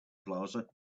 plaza